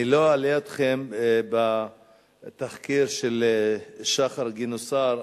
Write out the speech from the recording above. אני לא אלאה אתכם בתחקיר של שחר גינוסר,